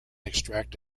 extract